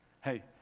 Hey